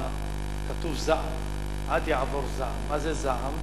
כתוב "זעם", "עד יעבור זעם", מה זה זעם?